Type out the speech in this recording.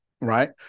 right